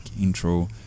intro